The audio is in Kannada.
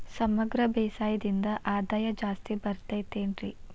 ಸಮಗ್ರ ಬೇಸಾಯದಿಂದ ಆದಾಯ ಜಾಸ್ತಿ ಬರತೈತೇನ್ರಿ?